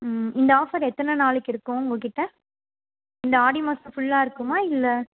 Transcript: ம் இந்த ஆஃபர் எத்தனை நாளைக்கு இருக்கும் உங்கள்கிட்ட இந்த ஆடி மாதம் ஃபுல்லாக இருக்குமா இல்லை